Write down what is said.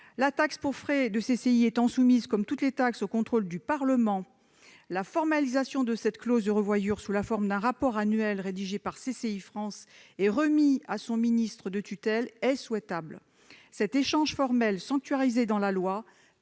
La taxe pour frais de CCI étant soumise, comme toutes les taxes, au contrôle du Parlement, la formalisation de cette clause de revoyure sous la forme d'un rapport annuel rédigé par CCI France et remis à son ministre de tutelle est souhaitable. Cet échange formel, sanctuarisé dans la loi,